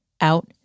out